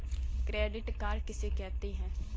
Credit card किसे कहते हैं?